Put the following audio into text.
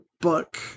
book